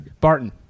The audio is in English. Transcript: Barton